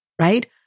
right